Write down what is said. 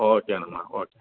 okay అమ్మా okay